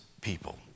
people